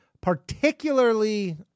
particularly